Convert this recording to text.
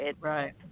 right